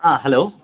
ಹಾಂ ಹಲೋ